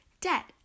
Debt